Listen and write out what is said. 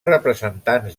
representants